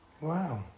Wow